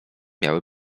miały